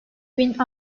bin